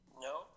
no